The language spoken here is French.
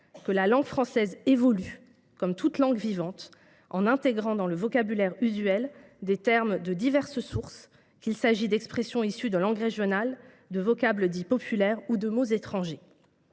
que la langue française évolue, comme toute langue vivante, en intégrant dans le vocabulaire usuel des termes de diverses sources, qu’il s’agisse d’expressions issues de langues régionales, de vocables dits populaires, ou de mots étrangers